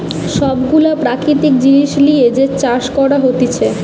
সব গুলা প্রাকৃতিক জিনিস লিয়ে যে চাষ করা হতিছে